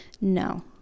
No